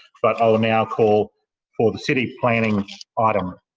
but i will now call for the city planning item.